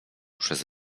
przez